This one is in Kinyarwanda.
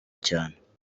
cyane